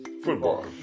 football